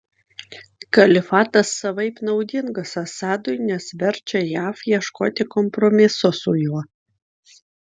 kalifatas savaip naudingas assadui nes verčia jav ieškoti kompromiso su juo